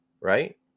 right